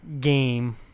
game